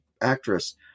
actress